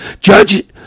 Judge